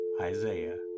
Isaiah